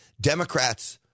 Democrats